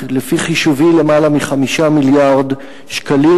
לפי חישובי, למעלה מ-5 מיליארד שקלים.